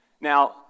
Now